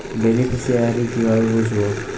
Beneficiary কিভাবে মুছব?